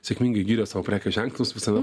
sėkmingai giria savo prekės ženklus visame